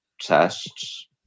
tests